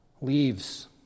Leaves